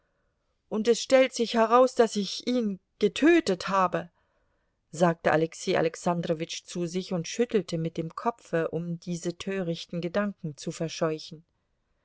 und es stellt sich heraus daß ich ihn getötet habe sagte alexei alexandrowitsch zu sich und schüttelte mit dem kopfe um diese törichten gedanken zu verscheuchen